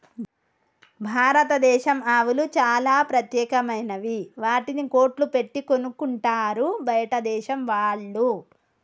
భారతదేశం ఆవులు చాలా ప్రత్యేకమైనవి వాటిని కోట్లు పెట్టి కొనుక్కుంటారు బయటదేశం వాళ్ళు